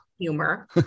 humor